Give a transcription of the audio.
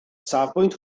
safbwynt